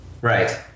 Right